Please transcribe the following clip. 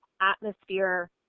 atmosphere